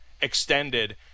extended